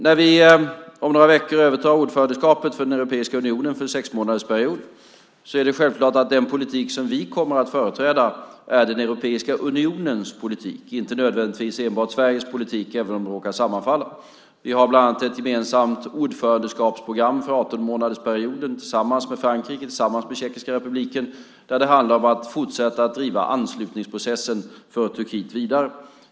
När vi om några veckor övertar ordförandeskapet i Europeiska unionen för en sexmånadersperiod är det självklart att den politik som vi kommer att företräda är Europeiska unionens politik, inte nödvändigtvis enbart Sveriges politik även om de råkar sammanfalla. Vi har bland annat ett gemensamt ordförandeskapsprogram för 18-månadersperioden tillsammans med Frankrike och Tjeckiska republiken där det handlar om att fortsätta att driva anslutningsprocessen för Turkiet vidare.